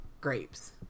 grapes